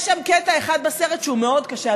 יש שם קטע אחד בסרט שהוא מאוד קשה,